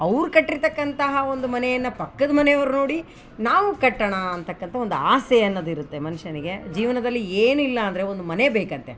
ಅವ್ರು ಕಟ್ಟಿರ್ತಕ್ಕಂತಹ ಒಂದು ಮನೆಯನ್ನು ಪಕ್ಕದ ಮನೆಯವ್ರು ನೋಡಿ ನಾವು ಕಟ್ಟೋಣ ಅಂತಕ್ಕಂಥ ಒಂದು ಆಸೆ ಅನ್ನೋದು ಇರುತ್ತೆ ಮನುಷ್ಯನಿಗೆ ಜೀವನದಲ್ಲಿ ಏನು ಇಲ್ಲ ಅಂದರೆ ಒಂದು ಮನೆ ಬೇಕಂತೆ